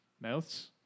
mouths